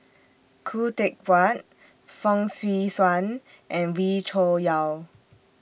Khoo Teck Puat Fong Swee Suan and Wee Cho Yaw